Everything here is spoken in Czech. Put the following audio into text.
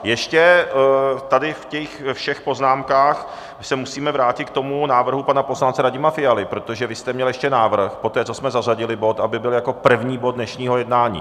Ještě v těch všech poznámkách se musíme vrátit k návrhu pana poslance Radima Fialy, protože vy jste měl ještě návrh poté, co jsme zařadili bod, aby byl jako první bod dnešního jednání.